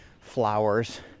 flowers